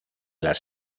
las